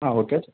ఆ ఓకే